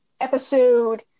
episode